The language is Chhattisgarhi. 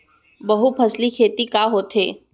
बहुफसली खेती का होथे?